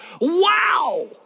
Wow